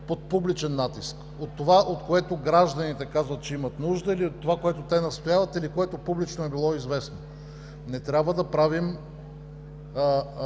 под публичен натиск – това, от което гражданите казват, че имат нужда, или от това, за което те настояват, или което публично е било известно. Трябва да правим